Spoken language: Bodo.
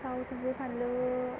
थाव संख्रि फानलु